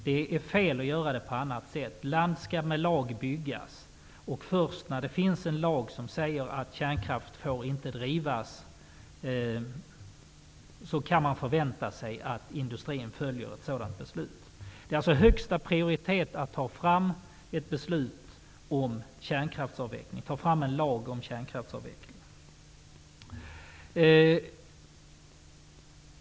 Det är fel att göra det på annat sätt. Land skall med lag byggas. Först när det finns en lag som säger att kärnkraftverk inte får drivas kan man förvänta sig att industrin följer ett sådant beslut. Det har alltså högsta prioritet att ta fram en lag om kärnkraftsavvecklingen.